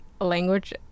language